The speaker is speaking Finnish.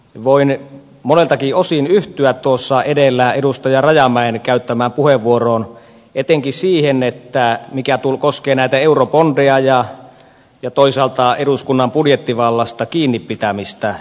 voin moneltakin osin yhtyä tuossa edellä edustaja rajamäen käyttämään puheenvuoroon etenkin siihen mikä koskee näitä eurobondeja ja toisaalta eduskunnan budjettivallasta kiinni pitämistä